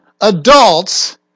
adults